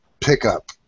pickup